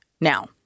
Now